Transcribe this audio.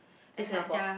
to Singapore